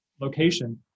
location